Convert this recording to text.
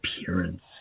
appearance